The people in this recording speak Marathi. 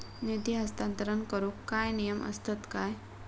निधी हस्तांतरण करूक काय नियम असतत काय?